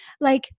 like-